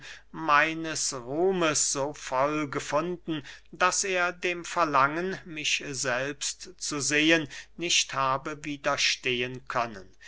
meines ruhmes so voll gefunden daß er dem verlangen mich selbst zu sehen nicht habe widerstehen können